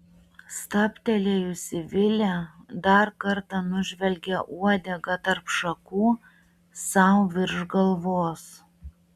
stabtelėjusi vilė dar kartą nužvelgė uodegą tarp šakų sau virš galvos